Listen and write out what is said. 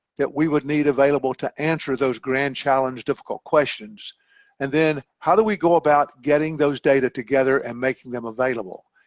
that we would need available to answer those grand challenge difficult questions and then how do we go about getting those data together and making them available?